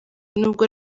nubwo